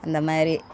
அந்த மாரி